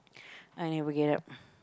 I never get up